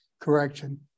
correction